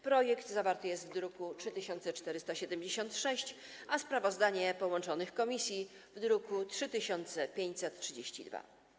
Projekt zawarty jest w druku nr 3476, a sprawozdanie połączonych komisji - w druku nr 3532.